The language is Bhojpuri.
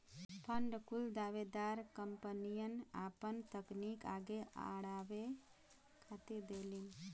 फ़ंड कुल दावेदार कंपनियन आपन तकनीक आगे अड़ावे खातिर देवलीन